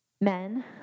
men